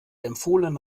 empfohlene